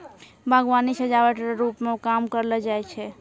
बागवानी सजाबट रो रुप मे काम करलो जाय छै